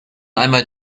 einmal